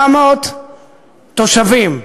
700 תושבים,